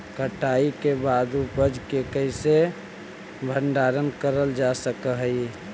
कटाई के बाद उपज के कईसे भंडारण करल जा सक हई?